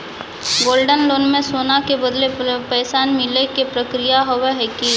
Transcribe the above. Gold loan मे सोना के बदले पैसा मिले के प्रक्रिया हाव है की?